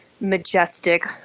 majestic